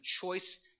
choice